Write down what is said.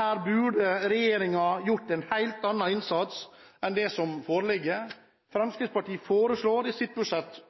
Her burde regjeringen gjort en helt annen innsats enn den som foreligger. Fremskrittspartiet foreslår i sitt budsjett